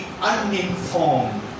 uninformed